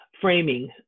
framing